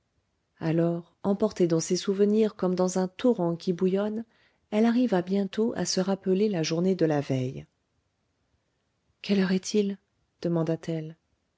alors emportée dans ses souvenirs comme dans un torrent qui bouillonne elle arriva bientôt à se rappeler la journée de la veille quelle heure est-il demanda-t-elle